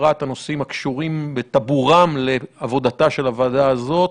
בפרט הנושאים הקשורים בטבורם לעבודתה של הוועדה הזאת,